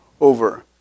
over